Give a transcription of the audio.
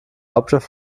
hauptstadt